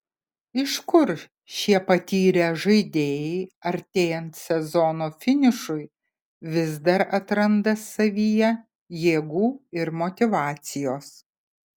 iš kur šie patyrę žaidėjai artėjant sezono finišui vis dar atranda savyje jėgų ir motyvacijos